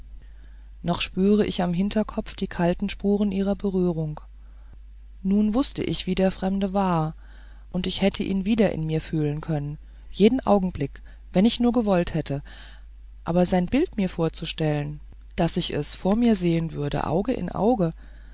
noch spürte ich im hinterkopf die kalten spuren ihrer berührung nun wußte ich wie der fremde war und ich hätte ihn wieder in mir fühlen können jeden augenblick wenn ich nur gewollt hätte aber sein bild mir vorzustellen daß ich es vor mir sehen würde auge in auge